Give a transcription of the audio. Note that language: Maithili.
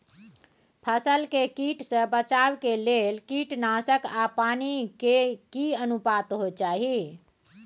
फसल के कीट से बचाव के लेल कीटनासक आ पानी के की अनुपात होय चाही?